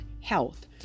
health